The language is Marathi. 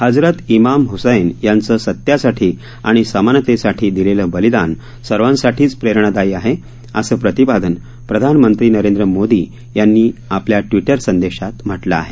हजरत इमाम हसैन यांचं सत्यासाठी आणि समानतेसाठी दिलेलं बलिदान सर्वांसाठीच प्रेरणादायी आहे असं प्रतिपादन प्रधानमंत्री नरेंद्र मोदी यांनी आपल्या ट्वीटर संदेशात म्हटलं आहे